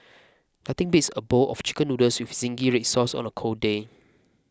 nothing beats a bowl of Chicken Noodles with Zingy Red Sauce on a cold day